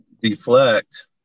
deflect